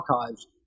archives